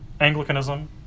Anglicanism